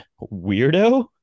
weirdo